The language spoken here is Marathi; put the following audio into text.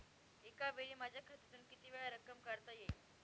एकावेळी माझ्या खात्यातून कितीवेळा रक्कम काढता येईल?